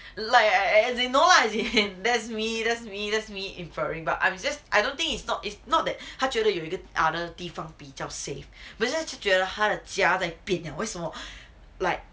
like eh as in no lah as in that's me that's me that's me inferring but I'm I just I don't think it's not that 她觉得有一个 other 地方比较 safe but then 她觉得她的家在变了为什么